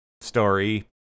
story